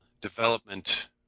development